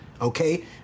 okay